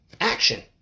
Action